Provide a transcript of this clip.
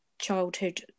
childhood